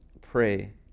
pray